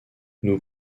nous